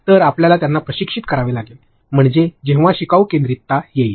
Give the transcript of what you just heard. तर आपणाला त्यांना प्रशिक्षित करावे लागेल म्हणजे जेव्हा शिकवू केन्द्रीतता येईल